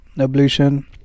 ablution